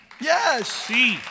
Yes